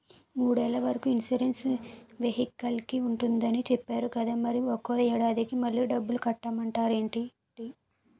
మూడేళ్ల వరకు ఇన్సురెన్సు వెహికల్కి ఉంటుందని చెప్పేరు కదా మరి ఒక్క ఏడాదికే మళ్ళి డబ్బులు కట్టమంటారేంటండీ?